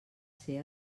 ser